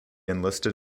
enlisted